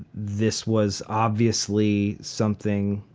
this was obviously something.